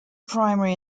primary